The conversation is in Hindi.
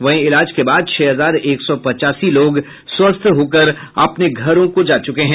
वहीं इलाज के बाद छह हजार एक सौ पचासी लोग स्वस्थ होकर अपने घरों को जा चुके हैं